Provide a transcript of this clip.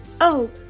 Oh